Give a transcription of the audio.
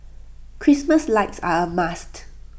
Christmas lights are A must